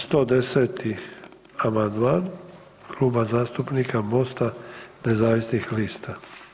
110. amandman Kluba zastupnika MOST-a nezavisnih lista.